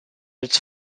its